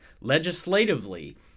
legislatively